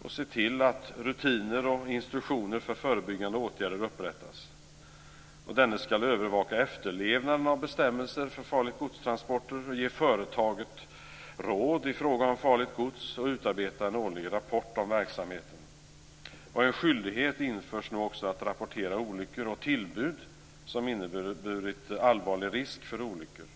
och att se till att rutiner och instruktioner för förebyggande åtgärder upprättas. Denne skall övervaka efterlevnaden av bestämmelser för farligt-gods-transporter, ge företaget råd i fråga om farligt gods och utarbeta en årlig rapport om verksamheten. En skyldighet införs nu också att rapportera olyckor och tillbud som inneburit allvarlig risk för olyckor.